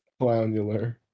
Clownular